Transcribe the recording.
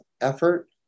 effort